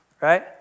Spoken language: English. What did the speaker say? right